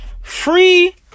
free